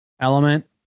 Element